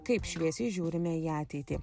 kaip šviesiai žiūrime į ateitį